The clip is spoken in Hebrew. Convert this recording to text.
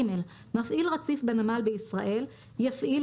(ג) מפעיל רציף בנמל בישראל יפעיל,